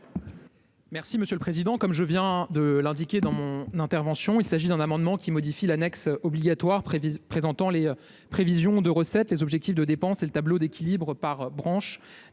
M. le ministre délégué. Comme je viens de l'indiquer dans mon intervention liminaire, cet amendement vise à modifier l'annexe obligatoire présentant les prévisions de recettes, les objectifs de dépenses et le tableau d'équilibre par branche